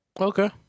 Okay